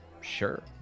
sure